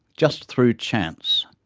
just through chance.